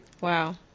Wow